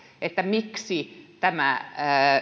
miksi tämä